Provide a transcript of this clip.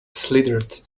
slithered